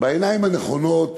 בעיניים הנכונות,